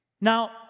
Now